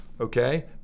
okay